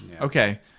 Okay